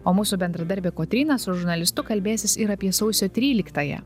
o mūsų bendradarbė kotryna su žurnalistu kalbėsis ir apie sausio tryliktąją